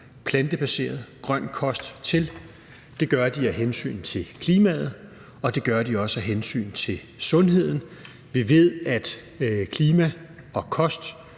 plantebaseret, grøn kost til, og det gør de af hensyn til klimaet, og det gør de også af hensyn til sundheden. Vi ved, at klima og kost